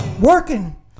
working